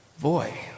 boy